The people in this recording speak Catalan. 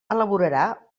elaborarà